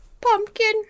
pumpkin